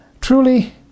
Truly